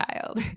child